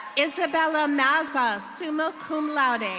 isabella massa, summa cum laude.